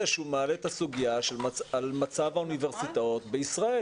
שהוא מעלה את הסוגיה על מצב האוניברסיטאות בישראל,